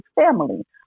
family